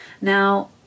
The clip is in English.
Now